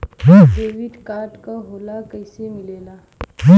Debit card का होला कैसे मिलेला?